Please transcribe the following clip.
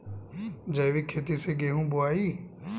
जैविक खेती से गेहूँ बोवाई